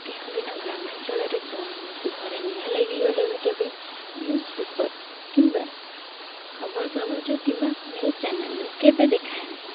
କେଉଁ ଦିନ ଗ୍ରାମାଞ୍ଚଳରେ କୌଣସି ଘରେ ନିଆଁ ଲାଗିଗଲେ ବି କେବେ ନ୍ୟୁଜ ପେପର କିମ୍ବା ଖବର କାଗଜ କିମ୍ବା ନ୍ୟୁଜ ଚାନେଲରେ କେବେ ଦେଖାଏ ନାହିଁ